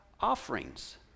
offerings